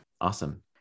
Awesome